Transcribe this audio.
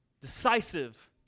decisive